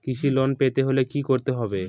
কৃষি লোন পেতে হলে কি করতে হবে?